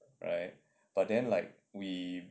right but then like we